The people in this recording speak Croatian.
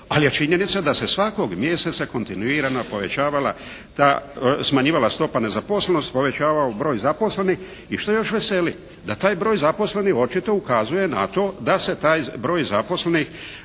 ali je činjenica da se svakog mjeseca kontinuirano povećavala ta, smanjivala stopa nezaposlenosti i povećavao broj zaposlenih i što još veseli, da taj broj zaposlenih očito ukazuje na to da se taj broj zaposlenih